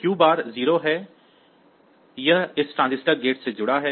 Q बार 0 है यह इस ट्रांजिस्टर गेट से जुड़ा है